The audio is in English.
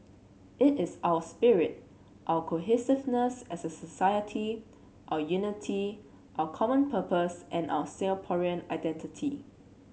it is our spirit our cohesiveness as a society our unity our common purpose and our Singaporean identity